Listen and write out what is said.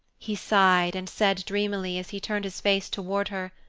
he sighed, and said dreamily, as he turned his face toward her,